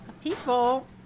People